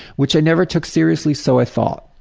which i never took seriously so i thought.